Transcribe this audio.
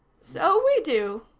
so we do,